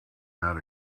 out